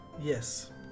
yes